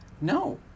No